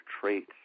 traits